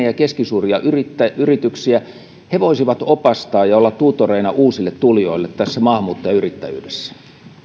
ja keskisuuria yrityksiä he voisivat opastaa ja olla tutoreina uusille tulijoille tässä maahanmuuttajayrittäjyydessä